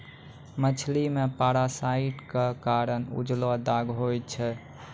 मछली मे पारासाइट क कारण उजलो दाग होय छै